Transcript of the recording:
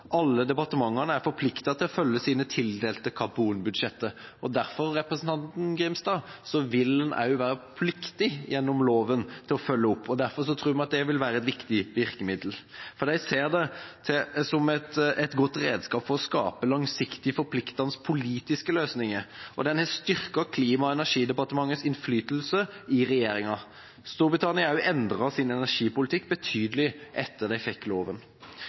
Alle departementene er forpliktet til å følge sine tildelte karbonbudsjett, og derfor vil jeg si til representanten Grimstad at en dermed også vil være pliktig gjennom loven til å følge opp. Derfor tror vi at det vil være et viktig virkemiddel. De ser den som et godt redskap for å skape langsiktige forpliktende politiske løsninger, og den har styrket klima- og energidepartementets innflytelse i regjeringa. Storbritannia har også endret sin energipolitikk betydelig etter at de fikk loven.